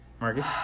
Marcus